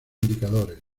indicadores